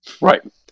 Right